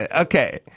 Okay